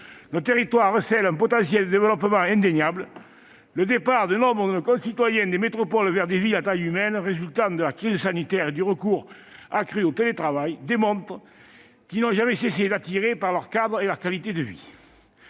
Nos territoires recèlent un potentiel de développement indéniable. Le départ de nombre de nos concitoyens des métropoles vers des villes à taille humaine, à la suite de la crise sanitaire et du recours accru au télétravail, démontre que ces villes n'ont jamais cessé d'attirer en raison du cadre et de la qualité de vie